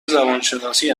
زبانشناسی